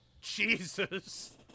Jesus